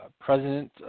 president